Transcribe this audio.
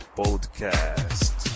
podcast